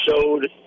showed